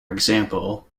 example